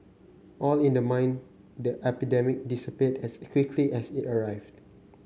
all in the mind the 'epidemic' disappeared as quickly as it arrived